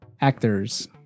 actors